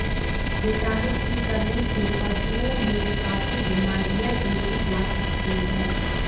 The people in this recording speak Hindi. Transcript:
विटामिन की कमी से पशुओं में काफी बिमरियाँ देखी जा सकती हैं